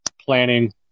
planning